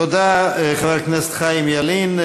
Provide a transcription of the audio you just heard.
תודה לחבר הכנסת חיים ילין.